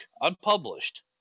unpublished